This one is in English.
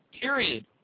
period